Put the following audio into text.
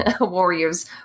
warriors